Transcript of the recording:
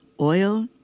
Oil